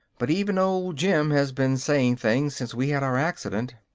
but even old jim has been saying things since we had our accident.